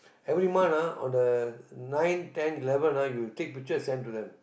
every month ah on the nine ten eleven you take picture send to them